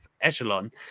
echelon